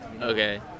Okay